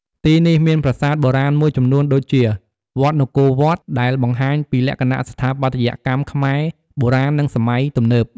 ទីនេះមានប្រាសាទបុរាណមួយចំនួនដូចជា វត្តនគរវត្ត ដែលបង្ហាញពីលក្ខណៈស្ថាបត្យកម្មខ្មែរបុរាណ និងសម័យទំនើប។